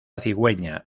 cigüeña